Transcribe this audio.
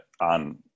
on